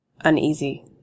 uneasy